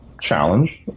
challenge